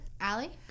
Allie